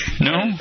No